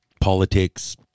politics